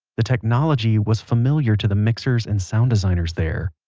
the technology was familiar to the mixers and sound designers there.